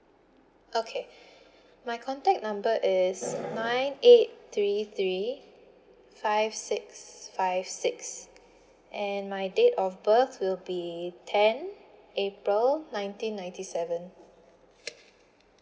okay my contact number is nine eight three three five six five six and my date of birth will be ten april nineteen ninety seven